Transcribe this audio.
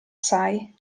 sai